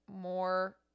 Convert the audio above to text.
more